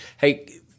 hey